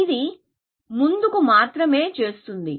ఇది ముందుకు మాత్రమే చూస్తుంది